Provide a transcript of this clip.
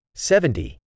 Seventy